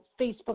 Facebook